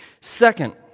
Second